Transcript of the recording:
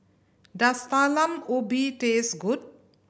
does Talam Ubi taste good